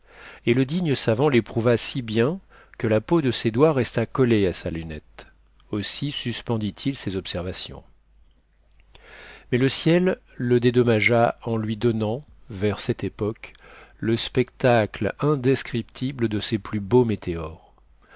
et le digne savant l'éprouva si bien que la peau de ses doigts resta collée à sa lunette aussi suspendit il ses observations mais le ciel le dédommagea en lui donnant vers cette époque le spectacle indescriptible de ses plus beaux météores